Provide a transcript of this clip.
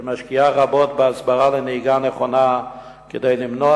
שמשקיעה רבות בהסברה לנהיגה נכונה כדי למנוע